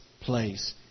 place